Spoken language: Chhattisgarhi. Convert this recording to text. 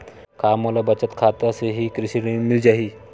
का मोला बचत खाता से ही कृषि ऋण मिल जाहि?